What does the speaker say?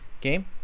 game